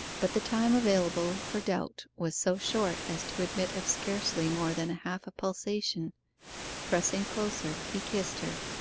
but the time available for doubt was so short as to admit of scarcely more than half a pulsation pressing closer he kissed her.